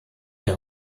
der